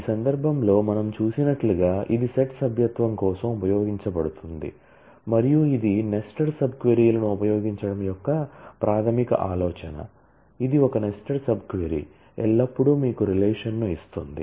ఈ సందర్భంలో మనం చూసినట్లుగా ఇది సెట్ సభ్యత్వం కోసం ఉపయోగించబడుతుంది మరియు ఇది నెస్టెడ్ సబ్ క్వరీ లను ఉపయోగించడం యొక్క ప్రాథమిక ఆలోచన ఇది ఒక నెస్టెడ్ సబ్ క్వరీ ఎల్లప్పుడూ మీకు రిలేషన్ ను ఇస్తుంది